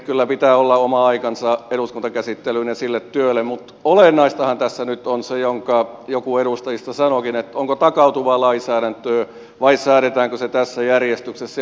kyllä pitää olla oma aikansa eduskuntakäsittelyyn ja sille työlle mutta olennaistahan tässä nyt on se minkä joku edustajista sanoikin että tehdäänkö takautuvaa lainsäädäntöä vai säädetäänkö se tässä järjestyksessä